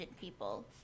people